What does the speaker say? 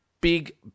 big